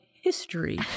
history